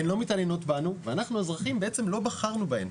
הן לא מתעניינות בנו ואנחנו האזרחים בעצם לא בחרנו ב הם.